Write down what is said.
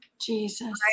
Jesus